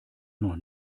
noch